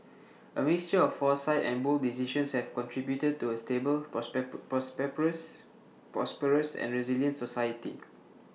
A mixture of foresight and bold decisions have contributed to A stable prosperous and resilient society